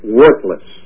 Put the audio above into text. worthless